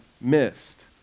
missed